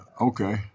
okay